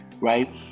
right